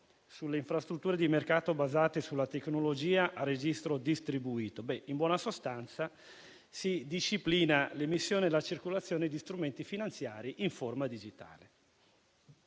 sulle infrastrutture di mercato basate sulla tecnologia a registro distribuito. In buona sostanza, si disciplina l'emissione e la circolazione di strumenti finanziari in forma digitale.